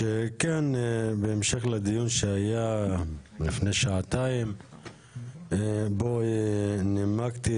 בהמשך לדיון שהיה לפני שעתיים שבו נימקתי,